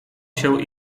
się